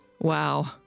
Wow